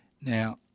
Now